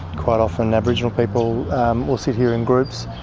quite often aboriginal people will sit here in groups,